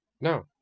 No